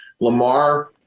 Lamar